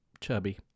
chubby